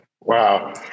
Wow